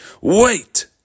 Wait